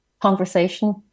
conversation